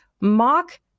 mock